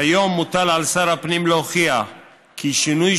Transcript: כיום מוטל על שר הפנים להוכיח כי שינוי